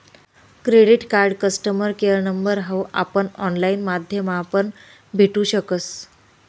credit card customer care number हाऊ आपण online माध्यमापण भेटू शकस